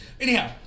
Anyhow